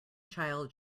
child